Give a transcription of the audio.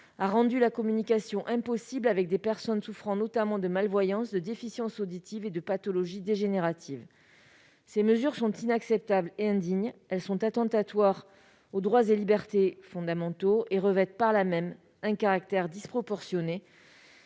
-a rendu la communication impossible, notamment avec les personnes souffrant de malvoyance, de déficience auditive ou de pathologies dégénératives. Ces mesures sont inacceptables et indignes. Elles sont attentatoires aux droits et libertés fondamentaux et revêtent par là même un caractère disproportionné.